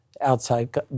outside